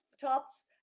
tops